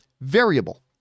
variable